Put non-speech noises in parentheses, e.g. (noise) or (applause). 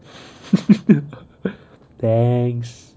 (breath) (laughs) thanks